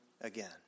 again